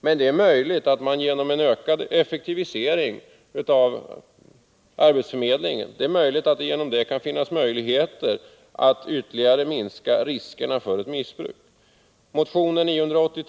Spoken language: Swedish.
Men det är möjligt att man genom en ökad effektivisering av arbetsförmedlingen ytterligare kan minska riskerna för missbruk.